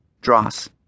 Dross